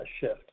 shift